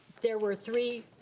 there were three,